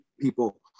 people